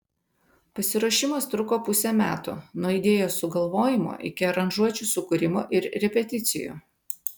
pasiruošimas truko pusę metų nuo idėjos sugalvojimo iki aranžuočių sukūrimo ir repeticijų